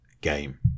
game